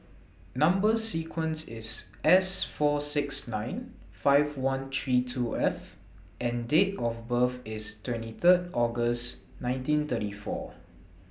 Number sequence IS S four six nine five one three two F and Date of birth IS twenty Third August nineteen thirty four